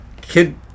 kid